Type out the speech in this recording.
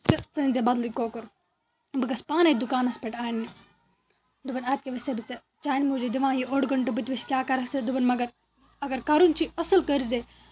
تہٕ ژٕ أنۍزے بدلٕے کۄکُر بہٕ گژھٕ پانَے دُکانَس پٮ۪ٹھ اَننہِ دوٚپُن اَدٕ کیٛاہ وۄنۍ چھَسَے بہٕ ژےٚ چانہِ موٗجوٗب دِوان یہِ اوٚڑ گٲنٹہٕ بہٕ تہِ وٕچھِ کیٛاہ کَرَکھ ژٕ دوٚپُن مگر اگر کَرُن چھی اَصٕل کٔرۍزے